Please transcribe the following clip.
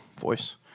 voice